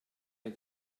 der